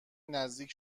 نزدیک